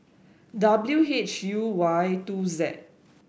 W H U Y two Z